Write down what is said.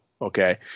Okay